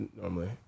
normally